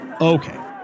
Okay